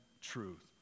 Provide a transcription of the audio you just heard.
truth